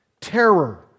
terror